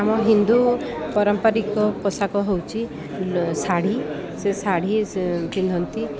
ଆମ ହିନ୍ଦୁ ପାରମ୍ପରିକ ପୋଷାକ ହେଉଛି ଶାଢ଼ି ସେ ଶାଢ଼ି ପିନ୍ଧନ୍ତି